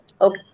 Okay